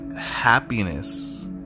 happiness